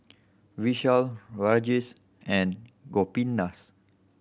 Vishal Rajesh and Gopinath